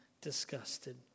disgusted